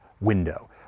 window